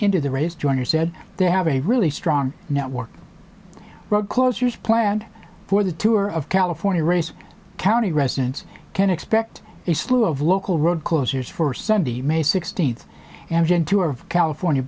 into the race joyner said they have a really strong network road closures planned for the tour of california race county residents can expect a slew of local road closures for sunday may sixteenth am gentoo of california